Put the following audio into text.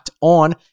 On